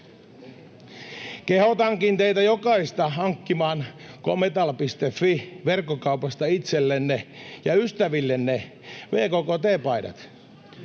Kehotankin teitä jokaista hankkimaan gometal.fi-verkkokaupasta itsellenne ja ystävillenne VKK-t-paidat.